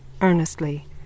Earnestly